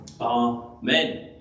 amen